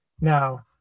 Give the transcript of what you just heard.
now